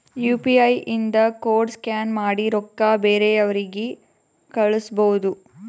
you P I ಇಂದ code scan ಮಾಡಿ ರೊಕ್ಕಾ ಬೇರೆಯವ್ರಿಗಿ ಕಳುಸ್ಬೋದ್